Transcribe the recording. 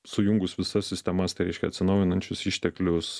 sujungus visas sistemas tai reiškia atsinaujinančius išteklius